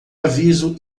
aviso